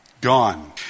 gone